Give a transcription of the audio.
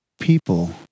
people